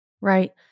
right